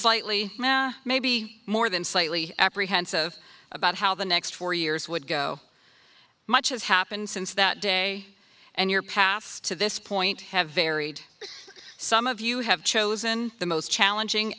slightly maybe more than slightly apprehensive about how the next four years would go much has happened since that day and your paths to this point have varied but some of you have chosen the most challenging